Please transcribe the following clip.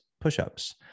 push-ups